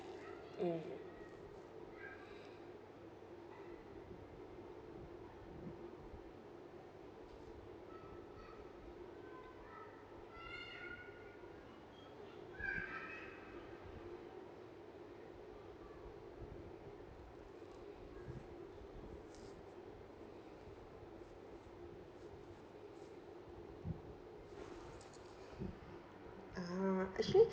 mm ah actually